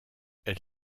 elle